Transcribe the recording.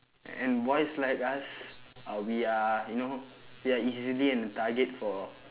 and boys like us uh we are you know we are easily an target for